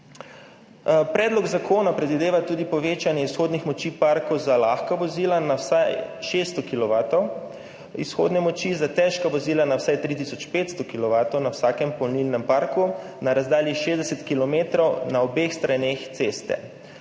Predlog zakona predvideva tudi povečanje izhodnih moči parkov za lahka vozila na vsaj 600 kilovatov izhodne moči, za težka vozila na vsaj 3500 kilovatov na vsakem polnilnem parku na razdalji 60 kilometrov na obeh straneh ceste.